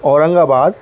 Aurangabad